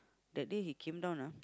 that day he came down ah